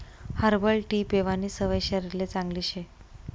herbal tea पेवानी सवय शरीरले चांगली शे